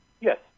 Yes